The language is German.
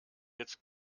jetzt